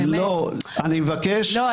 באמת --- אני מבקש --- לא,